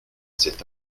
cet